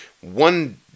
One